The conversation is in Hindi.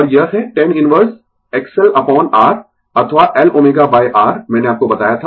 और यह है tan inverse XL upon R अथवा L ω R मैंने आपको बताया था